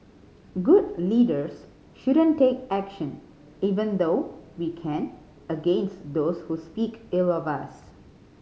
good leaders shouldn't take action even though we can against those who speak ill of us